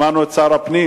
שמענו את שר הפנים,